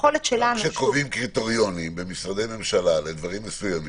כשקובעים קריטריונים במשרדי ממשלה לדברים מסוימים,